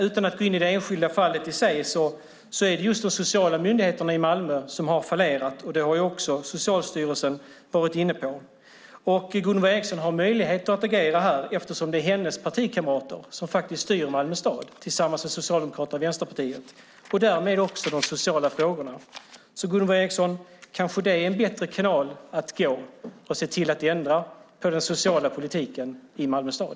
Utan att gå in i det enskilda fallet i sig är det just de sociala myndigheterna i Malmö som har fallerat, och det har Socialstyrelsen varit inne på. Gunvor Ericson har möjlighet att agera där eftersom det är hennes partikamrater som styr i Malmö stad tillsammans med Socialdemokraterna och Vänsterpartiet och därmed styr också de sociala frågorna. Det kanske är en bättre kanal, Gunvor Ericson, att använda och se till att ändra på den sociala politiken i Malmö stad.